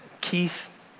Keith